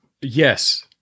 yes